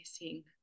missing